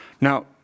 Now